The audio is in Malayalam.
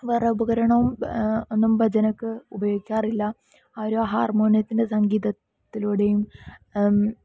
വേറെ ഉപകരണവും ഒന്നും ഭജനക്ക് ഉപയോഗിക്കാറില്ല ഒരു ഹാർമോണിയത്തിൻ്റെ സംഗീതത്തിലൂടെയും